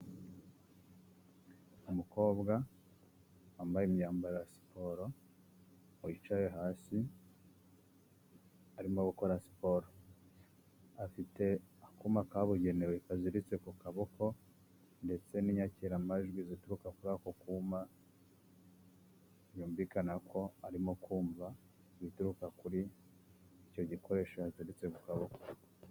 Umukobwa wambaye imyambaro ya siporo, wicaye hasi arimo gukora siporo, afite akuma kabugenewe kaziritse ku kaboko ndetse n'inyakiramajwi zituruka kuri ako kuma, byumvikana ko arimo kumva ibituruka kuri icyo gikoresho yaziritse ku kaboko.